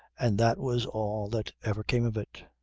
and that was all that ever came of it.